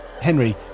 Henry